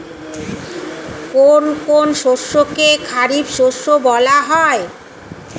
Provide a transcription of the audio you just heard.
কোন কোন শস্যকে খারিফ শস্য বলা হয়?